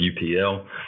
UPL